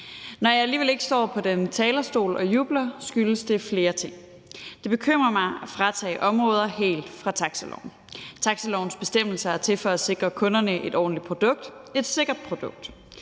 Når jeg alligevel ikke står på denne talerstol og jubler, skyldes det flere ting. Det bekymrer mig at fratage områder helt fra taxiloven. Taxilovens bestemmelser er til for at sikre kunderne et ordentligt produkt, et sikkert produkt.